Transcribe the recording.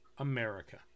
America